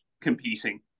competing